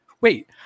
wait